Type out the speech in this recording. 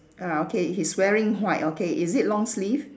ah okay he's wearing white okay is it long sleeve